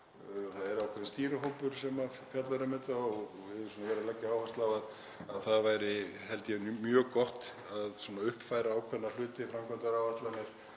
það er ákveðinn stýrihópur sem fjallar um þetta og við höfum verið að leggja áherslu á að það væri, held ég, mjög gott að uppfæra ákveðna hluti; framkvæmdaáætlanir,